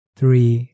three